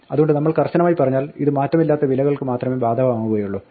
അതുകൊണ്ട് കർശനമായി പറഞ്ഞാൽ ഇത് മാറ്റമില്ലാത്ത വിലകൾക്ക് മാത്രമേ ബാധകമാകുകയുള്ളൂ